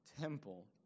temple